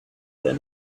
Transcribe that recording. there